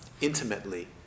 intimately